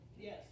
Yes